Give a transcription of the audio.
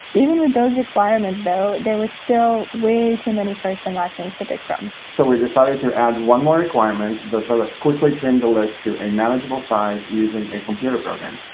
even with those requirements though, there were still way too many first and last names to pick from. so we decided to add one more requirement, that ah let us quickly turn the list to a manageable size using a computer program.